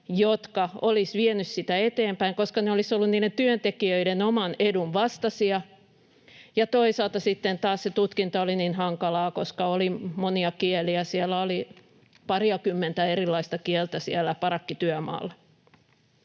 jotka olisivat vieneet sitä eteenpäin, koska ne olisivat olleet niiden työntekijöiden oman edun vastaisia ja toisaalta sitten taas se tutkinta oli niin hankalaa, koska oli monia kieliä. Siellä parakkityömaalla oli pariakymmentä erilaista kieltä. Ainoa tehokas